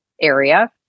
area